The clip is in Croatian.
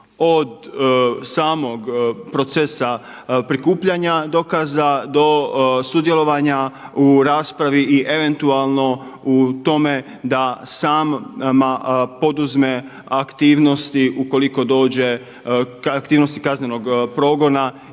od samog procesa prikupljanja dokaza do sudjelovanja u raspravi i eventualno u tome da sama poduzme aktivnosti ukoliko dođe, aktivnosti kaznenog progona